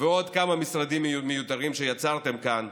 ועוד כמה משרדים מיותרים שיצרתם כאן